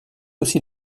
aussi